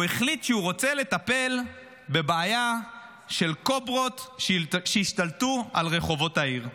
הוא החליט שהוא רוצה לטפל בבעיה של קוברות שהשתלטו על רחובות העיר.